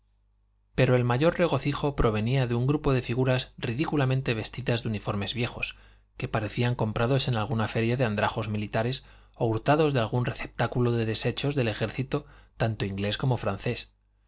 pero el mayor regocijo provenía de un grupo de figuras ridículamente vestidas de uniformes viejos que parecían comprados en alguna feria de andrajos militares o hurtados de algún receptáculo de desechos del ejército tanto inglés como francés